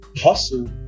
hustle